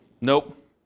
Nope